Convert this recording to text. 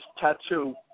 tattoo